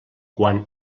quan